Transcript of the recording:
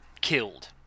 killed